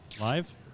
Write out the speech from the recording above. live